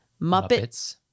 Muppets